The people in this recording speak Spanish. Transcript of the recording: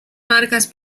marcas